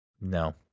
No